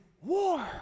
war